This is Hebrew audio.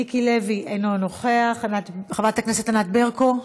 מיקי לוי, אינו נוכח, חברת הכנסת ענת ברקו,